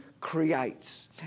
creates